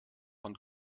von